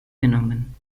genommen